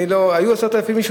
היו 10,000 איש,